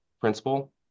principal